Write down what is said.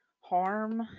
harm